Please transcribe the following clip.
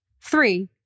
Three